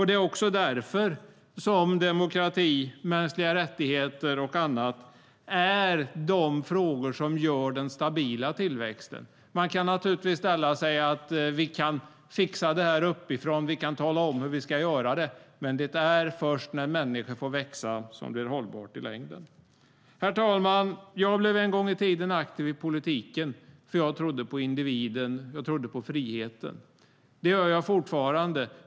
Det är också därför som demokrati, mänskliga rättigheter och annat är de frågor som gör den stabila tillväxten. Man kan naturligtvis säga: Vi kan fixa det här uppifrån, vi kan tala om hur vi ska göra det. Men det är först när människor får växa som det blir hållbart i längden. Herr talman! Jag blev en gång i tiden aktiv i politiken därför att jag trodde på individen och på friheten. Det gör jag fortfarande.